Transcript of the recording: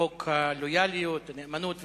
חוק הלויאליות או הנאמנות וכו'.